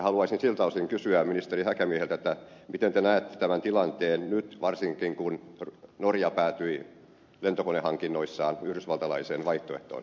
haluaisin siltä osin kysyä ministeri häkämieheltä miten te näette tämän tilanteen nyt varsinkin kun norja päätyi lentokonehankinnoissaan yhdysvaltalaiseen vaihtoehtoon